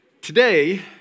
Today